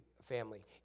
family